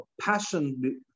passion